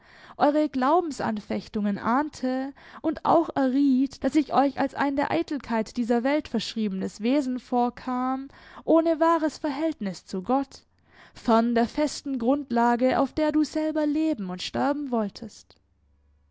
eure glaubensanfechtungen ahnte und auch erriet daß ich euch als ein der eitelkeit dieser welt verschriebenes wesen vorkam ohne wahres verhältnis zu gott fern der festen grundlage auf der du selber leben und sterben wolltest